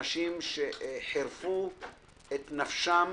אנשים שחירפו את נפשם,